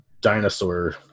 dinosaur